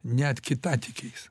net kitatikiais